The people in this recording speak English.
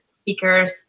speakers